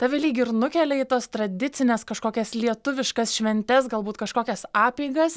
tave lyg ir nukelia į tas tradicines kažkokias lietuviškas šventes galbūt kažkokias apeigas